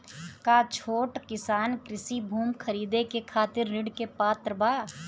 का छोट किसान कृषि भूमि खरीदे के खातिर ऋण के पात्र बा?